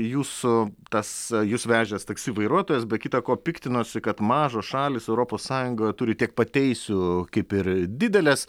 jūsų tas jus vežęs taksi vairuotojas be kita ko piktinosi kad mažos šalys europos sąjungoje turi tiek pat teisių kaip ir didelės